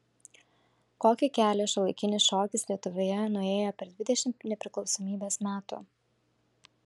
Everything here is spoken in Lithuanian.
kokį kelią šiuolaikinis šokis lietuvoje nuėjo per dvidešimt nepriklausomybės metų